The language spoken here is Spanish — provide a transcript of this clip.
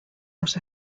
los